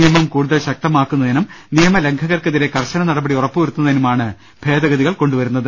നിയമം കൂടുതൽ ശക്തമാക്കുന്നതിനും നിയ മലംഘകർക്കെതിരെ കർശന നടപടി ഉറപ്പുവരുത്തുന്നതിനുമാണ് ഭേദ ഗതികൾ കൊണ്ടുവരുന്നത്